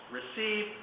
receive